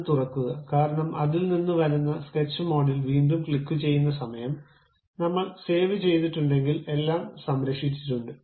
അത് തുറക്കുക കാരണം അതിൽ നിന്ന് വരുന്ന സ്കെച്ച് മോഡിൽ വീണ്ടും ക്ലിക്കുചെയ്യുന്ന സമയം നമ്മൾ സേവ് ചെയ്തിട്ടുണ്ടങ്കിൽ എല്ലാം സംരക്ഷിച്ചിട്ടുണ്ട്